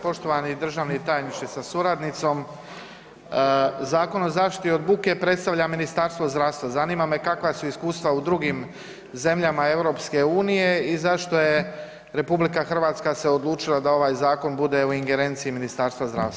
Poštovani državni tajniče sa suradnicom, Zakon o zaštiti od buke predstavlja Ministarstvo zdravstva, zanima me kakva su iskustava u drugim zemljama EU i zašto je RH se odlučila da ovaj zakon bude u ingerenciji Ministarstva zdravstva?